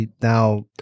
now